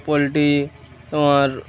poultry তোমার